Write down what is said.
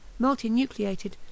multinucleated